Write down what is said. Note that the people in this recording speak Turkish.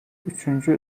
üçüncü